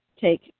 take